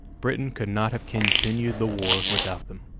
britain could not have continued the war without them.